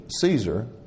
Caesar